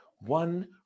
One